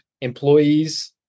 employees